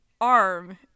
arm